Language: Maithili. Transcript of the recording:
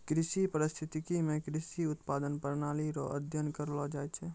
कृषि परिस्थितिकी मे कृषि उत्पादन प्रणाली रो अध्ययन करलो जाय छै